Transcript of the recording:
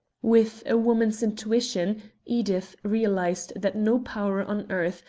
with a woman's intuition edith realized that no power on earth,